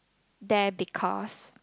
there because